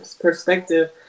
perspective